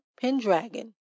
Pendragon